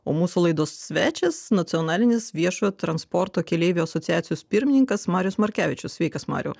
o mūsų laidos svečias nacionalinės viešojo transporto keleivių asociacijos pirmininkas marius markevičius sveikas mariau